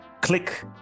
Click